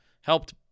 helped